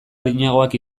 arinagoak